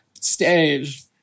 stage